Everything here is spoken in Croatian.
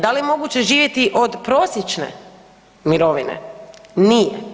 Da li je moguće živjeti od prosječne mirovine, nije.